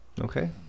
okay